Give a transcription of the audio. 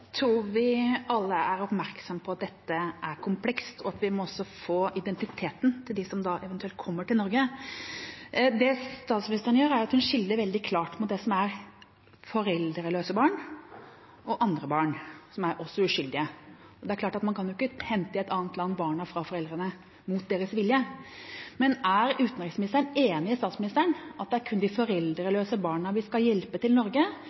tror vi alle er oppmerksomme på at dette er komplekst, og at vi må få identiteten til dem som eventuelt kommer til Norge. Det statsministeren gjør, er at hun skiller veldig klart mellom foreldreløse barn og andre barn, som også er uskyldige. Det er klart at man kan jo ikke i et annet land hente barnet fra foreldrene mot deres vilje. Men er utenriksministeren enig med statsministeren i at det er kun de foreldreløse barna vi skal hjelpe til Norge?